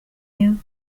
you